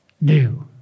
new